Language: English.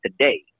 today